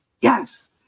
Yes